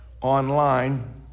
online